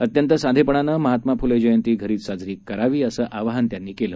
अत्यंत साधेपणाने महात्मा फुले जयंती घरीच साजरी करा असं आवाहन त्यांनी केलं